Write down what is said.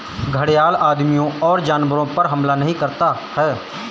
घड़ियाल आदमियों और जानवरों पर हमला नहीं करता है